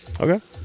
Okay